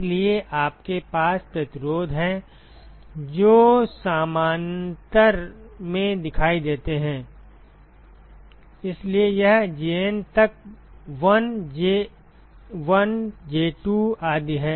इसलिए आपके पास प्रतिरोध हैं जो समानांतर में दिखाई देते हैं इसलिए यह JN तक 1 J1 J2 आदि है